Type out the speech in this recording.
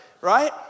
right